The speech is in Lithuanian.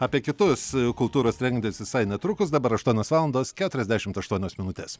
apie kitus kultūros renginius visai netrukus dabar aštuonios valandos keturiasdešimt aštuonios minutės